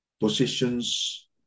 Positions